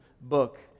book